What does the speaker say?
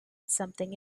something